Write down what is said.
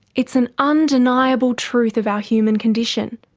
it's an undeniable truth of our human condition,